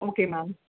okay ma'am